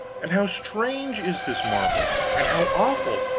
and how strange is this marvel, and how awful